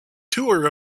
tour